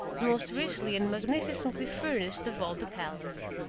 the most richly and magnificently furnished of all the palace.